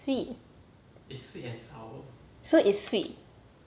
sweet so it's sweet